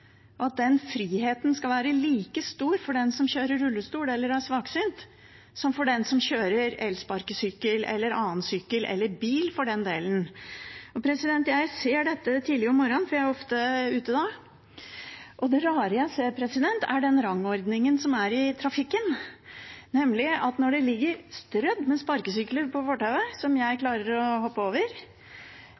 og at den friheten skal være like stor for den som kjører rullestol eller er svaksynt, som for den som bruker elsparkesykkel eller annen sykkel, eller bil for den del. Jeg ser dette tidlig om morgenen, for jeg er ofte ute da. Det rare jeg ser, er den rangordningen som er i trafikken, nemlig at når det ligger strødd med sparkesykler på fortauet, som jeg klarer å hoppe over,